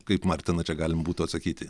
kaip martina čia galim būtų atsakyti